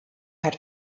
hat